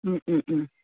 ம் ம் ம்